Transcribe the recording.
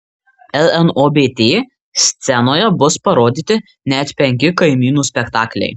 lnobt scenoje bus parodyti net penki kaimynų spektakliai